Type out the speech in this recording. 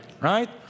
right